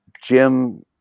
Jim